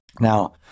Now